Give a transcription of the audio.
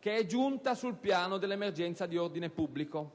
che è giunta sul piano dell'emergenza di ordine pubblico.